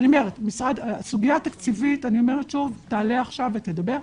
הסוגיה התקציבית תעלה עכשיו ותדובר.